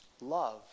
Love